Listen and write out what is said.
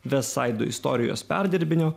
vestsaido istorijos perdirbinio